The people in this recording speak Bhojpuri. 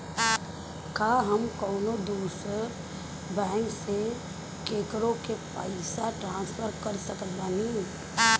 का हम कउनों दूसर बैंक से केकरों के पइसा ट्रांसफर कर सकत बानी?